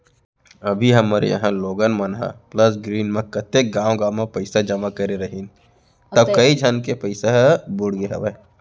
अभी हमर इहॉं लोगन मन ह प्लस ग्रीन म कतेक गॉंव गॉंव म पइसा जमा करे रहिन तौ कइ झन के पइसा ह बुड़गे हवय